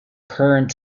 current